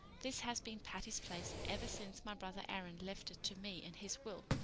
this has been patty's place ever since my brother aaron left it to me in his will,